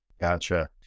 Gotcha